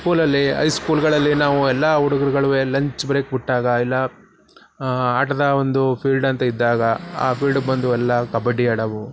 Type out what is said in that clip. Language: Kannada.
ಸ್ಕೂಲಲ್ಲಿ ಐ ಸ್ಕೂಲ್ಗಳಲ್ಲಿ ನಾವು ಎಲ್ಲ ಹುಡುಗ್ರುಗಳೂ ಲಂಚ್ ಬ್ರೇಕ್ ಬಿಟ್ಟಾಗ ಇಲ್ಲ ಆಟದ ಒಂದು ಫೀಲ್ಡ್ ಅಂತ ಇದ್ದಾಗ ಆ ಫೀಲ್ಡಗೆ ಬಂದು ಎಲ್ಲ ಕಬಡ್ಡಿ ಆಡವು